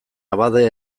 abade